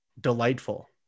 Delightful